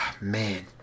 man